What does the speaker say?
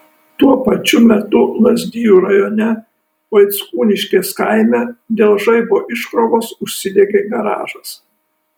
tuo pačiu metu lazdijų rajone vaickūniškės kaime dėl žaibo iškrovos užsidegė garažas